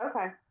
okay